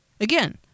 Again